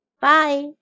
Bye